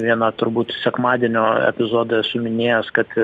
vieną turbūt sekmadienio epizodą esu minėjęs kad